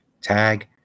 tag